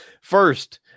First